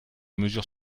mesures